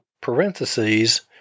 parentheses